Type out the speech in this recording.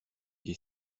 des